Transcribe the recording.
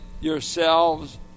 yourselves